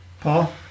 Paul